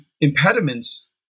impediments